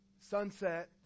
sunset